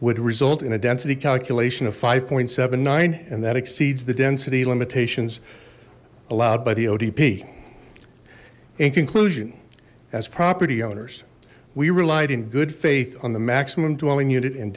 would result in a density calculation of five point seven nine and that exceeds the density limitations allowed by the otp in conclusion as property owners we relied in good faith on the maximum dwelling unit and